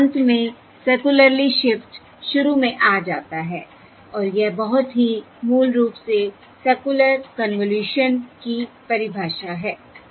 यहाँ अंत में सर्कुलरली शिफ्ट शुरू में आ जाता है और यह बहुत ही मूल रूप से सर्कुलर कन्वॉल्यूशन की परिभाषा है